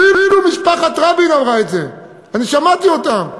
אפילו משפחת רבין אמרה את זה, אני שמעתי אותם: